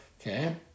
okay